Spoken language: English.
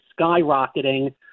skyrocketing